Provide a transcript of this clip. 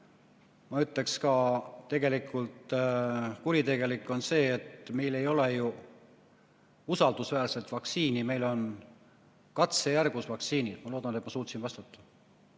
ma ütleksin, tegelikult ka kuritegelik, on see, et meil ei ole ju usaldusväärset vaktsiini, meil on katsejärgus vaktsiinid. Ma loodan, et ma suutsin vastata.